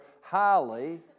highly